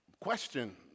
question